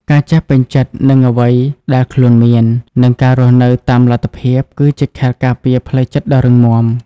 ការចេះពេញចិត្តនឹងអ្វីដែលខ្លួនមាន និងការរស់នៅតាមលទ្ធភាព គឺជាខែលការពារផ្លូវចិត្តដ៏រឹងមាំ។